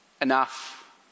enough